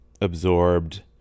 absorbed